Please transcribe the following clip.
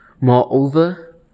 Moreover